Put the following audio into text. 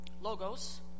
Logos